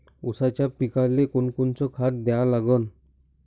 ऊसाच्या पिकाले कोनकोनचं खत द्या लागन?